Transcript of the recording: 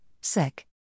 Sec